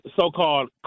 so-called